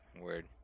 weird